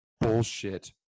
bullshit